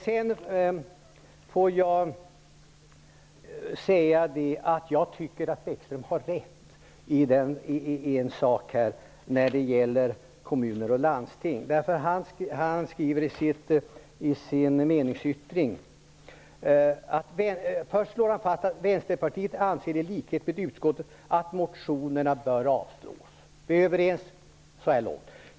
Jag vill också säga att jag tycker att Bäckström har rätt i ett avseende när det gäller kommuner och landsting. I sin meningsyttring slår han först fast: ''Vänsterpartiet anser i likhet med utskottet att motionerna bör avslås.'' Så långt är vi överens.